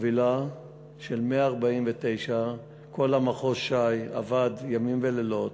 חבילה של 149. כל מחוז ש"י עבד ימים ולילות,